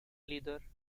leader